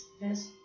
Yes